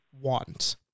want